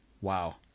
wow